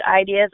ideas